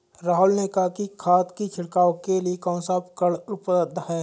राहुल ने कहा कि खाद की छिड़काव के लिए कौन सा उपकरण उपलब्ध है?